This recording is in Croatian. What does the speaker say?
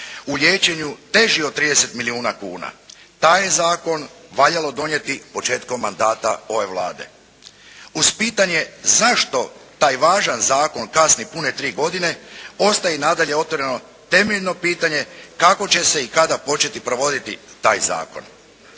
u liječenju teži od 30 milijuna kuna. Taj je Zakon valjalo donijeti početkom mandata ove Vlade. Uz pitanje zašto taj važan zakon kasni pune tri godine ostaje i nadalje otvoreno temeljno pitanje kako će se i kada početi provoditi taj Zakon.